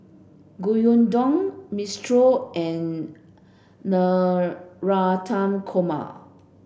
Gyudon Minestrone and Navratan Korma